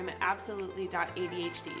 absolutely.adhd